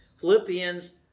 Philippians